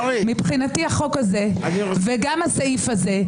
מבחינתי החוק הזה וגם הסעיף הזה,